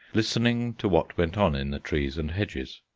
listening to what went on in the trees and hedges.